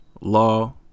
law